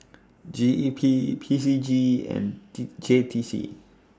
G E P P C G and T J T C